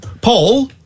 Paul